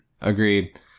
Agreed